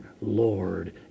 Lord